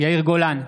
יאיר גולן,